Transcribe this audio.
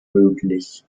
möglich